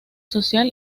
social